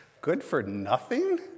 Good-for-nothing